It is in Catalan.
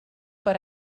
per